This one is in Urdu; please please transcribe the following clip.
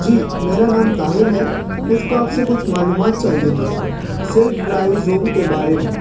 جی میرا نام طاہر ہے مجھ کو آپ سے کچھ معلومات چاہیے تھی سیلف ڈرائیو زوم کے بارے میں